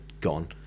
gone